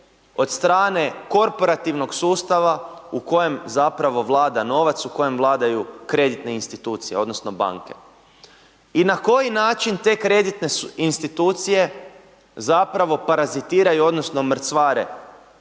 od strane korporativnog sustava u kojem zapravo vlada novac, u kojem vladaju kreditne institucije odnosno banke. I na koji način te kreditne institucije zapravo parazitiraju odnosno mrcvare